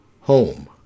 home